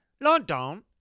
London